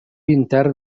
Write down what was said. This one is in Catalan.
intern